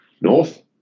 north